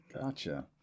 Gotcha